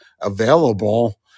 available